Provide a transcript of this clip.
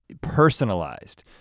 personalized